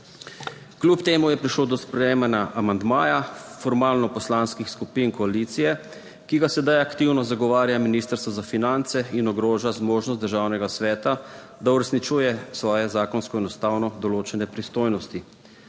Kljub temu je prišlo do sprejemanja amandmaja, formalno poslanskih skupin koalicije, ki ga sedaj aktivno zagovarja Ministrstvo za finance in ogroža zmožnost Državnega sveta, da uresničuje svoje zakonsko in ustavno določene pristojnosti.